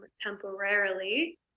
temporarily